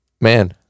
Man